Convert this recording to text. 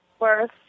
Worth